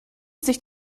sich